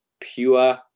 pure